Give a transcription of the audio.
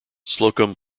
slocum